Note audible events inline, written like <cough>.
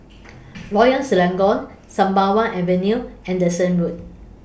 <noise> Royal Selangor Sembawang Avenue Anderson Road